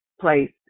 place